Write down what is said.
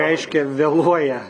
reiškia vėluoja